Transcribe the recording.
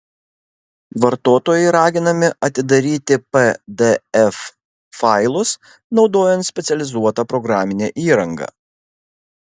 vartotojai raginami atidaryti pdf failus naudojant specializuotą programinę įrangą